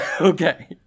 Okay